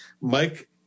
Mike